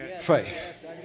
faith